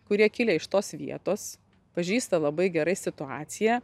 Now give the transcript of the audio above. kurie kilę iš tos vietos pažįsta labai gerai situaciją